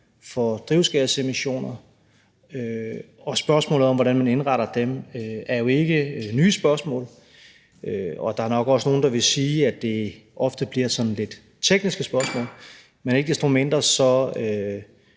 for drivhusgasemissioner, og spørgsmålet om, hvordan man indretter dem, er jo ikke nye spørgsmål, og der er nok også nogle, der vil sige, at det ofte bliver sådan lidt tekniske spørgsmål, men ikke desto mindre